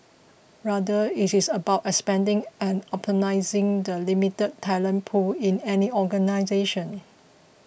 rather it is about expanding and optimising the limited talent pool in any organisation